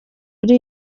muri